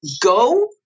Go